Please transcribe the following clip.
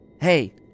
Hey